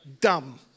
dumb